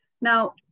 Now